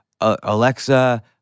Alexa